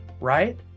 right